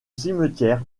cimetière